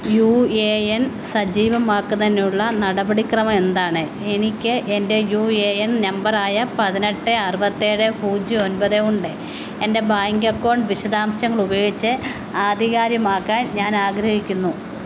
U A N സജീവമാക്കുന്നതിനുള്ള നടപടി ക്രമം എന്താണ് എനിക്ക് എൻ്റെ യു എ എൻ നമ്പറായ പതിനെട്ട് അറുപത്തേഴ് പൂജ്യം ഒന്പത് ഉണ്ട് എൻ്റെ ബാങ്ക് അക്കൗണ്ട് വിശദാംശങ്ങൾ ഉപയോഗിച്ച് ആധികാര്യമാക്കാൻ ഞാൻ ആഗ്രഹിക്കുന്നു